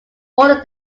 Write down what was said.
order